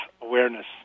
awareness